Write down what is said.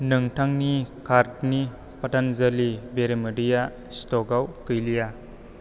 नोंथांनि कार्टनि पतन्जलि बेरेमोदैया स्टकआव गैलिया